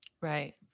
Right